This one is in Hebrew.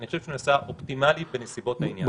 אני חושב שהוא נעשה אופטימלי בנסיבות העניין.